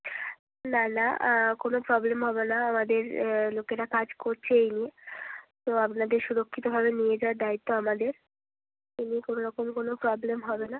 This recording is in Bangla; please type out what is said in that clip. না না কোনো প্রবলেম হবে না আমাদের লোকেরা কাজ করছে এই নিয়ে তো আপনাদের সুরক্ষিতভাবে নিয়ে যাওয়ার দায়িত্ব আমাদের তবুও কোনো রকম কোনো প্রবলেম হবে না